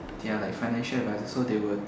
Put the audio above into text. they are like financial advisers so they will